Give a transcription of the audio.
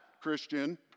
Christian